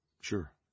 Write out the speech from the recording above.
Sure